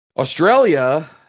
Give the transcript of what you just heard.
Australia